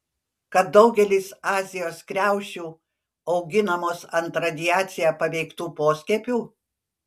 kad daugelis azijos kriaušių auginamos ant radiacija paveiktų poskiepių